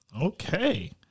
Okay